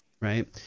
right